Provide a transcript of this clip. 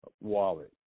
wallet